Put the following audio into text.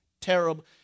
terrible